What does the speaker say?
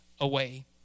away